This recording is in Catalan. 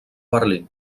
berlín